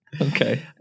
Okay